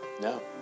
No